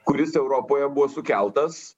kuris europoje buvo sukeltas